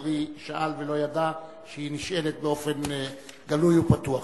אדרי שאל ולא ידע שהיא נשאלת באופן גלוי ופתוח.